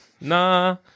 Nah